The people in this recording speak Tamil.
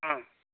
ம்